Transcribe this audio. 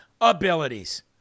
abilities